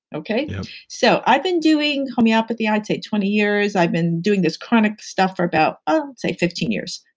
okay? yeah so, i've been doing homeopathy i'd say twenty years. i've been doing this chronic stuff for about um say fifteen years.